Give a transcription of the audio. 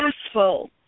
successful